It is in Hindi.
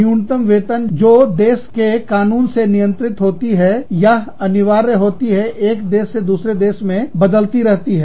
न्यूनतम वेतन जो देश कानून से नियंत्रित होती है या अनिवार्य होती है एक देश से दूसरे देश में बदलती रहती है